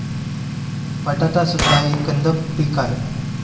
बटाटा सुद्धा एक कंद पीक आहे